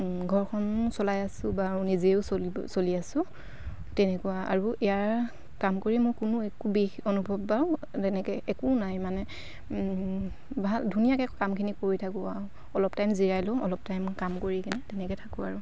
ঘৰখনো চলাই আছোঁ বা নিজেও চলি চলি আছোঁ তেনেকুৱা আৰু ইয়াৰ কাম কৰি মোৰ কোনো একো বিষ অনুভৱ বা তেনেকৈ একো নাই মানে ভাল ধুনীয়াকৈ কামখিনি কৰি থাকোঁ আৰু অলপ টাইম জিৰাই লওঁ অলপ টাইম কাম কৰি কিনে তেনেকৈ থাকোঁ আৰু